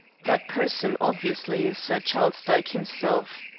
that person obviously is sir charles dyke himself.